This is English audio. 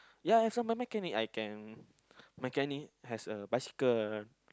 ya as a mechanic I can mechanic has a bicycle